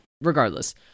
Regardless